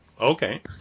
Okay